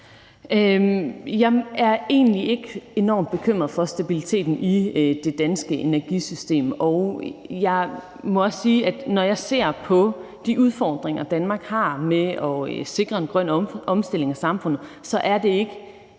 Jeg er egentlig ikke enormt bekymret for stabiliteten i det danske energisystem. Og jeg må også sige, at når jeg ser på de udfordringer, Danmark har med at sikre en grøn omstilling af samfundet, så er det ikke